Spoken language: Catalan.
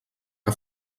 que